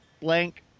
blank